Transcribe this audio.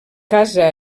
casa